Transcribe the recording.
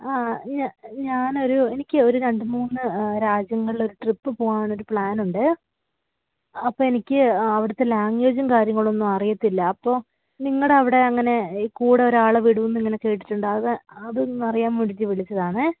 ആ ഞാനൊരു എനിക്ക് ഒരു രണ്ട് മൂന്ന് രാജ്യങ്ങളിലൊരു ട്രിപ്പ് പോകാനൊരു പ്ലാനുണ്ട് അപ്പോള് എനിക്ക് അവിടുത്തെ ലാംഗ്വേജും കാര്യങ്ങളുമൊന്നും അറിയില്ല അപ്പോള് നിങ്ങളുടെ അവിടെ അങ്ങനെ ഈ കൂടെയൊരാളെ വിടുമെന്നിങ്ങനെ കേട്ടിട്ടുണ്ട് അത് അതൊന്നറിയാൻ വേണ്ടിയിട്ട് വിളിച്ചതാണ്